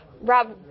Rob